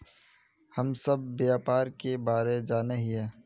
हम सब व्यापार के बारे जाने हिये?